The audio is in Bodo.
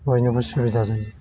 बयनोबो सुबिदा जायो